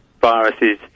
viruses